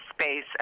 space